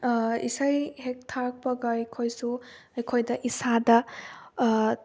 ꯏꯁꯩ ꯍꯦꯛ ꯊꯥꯔꯛꯄꯒ ꯑꯩꯈꯣꯏꯁꯨ ꯑꯩꯈꯣꯏꯗ ꯏꯁꯥꯗ